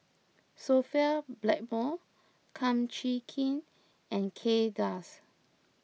Sophia Blackmore Kum Chee Kin and Kay Das